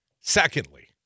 Secondly